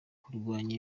kurwanya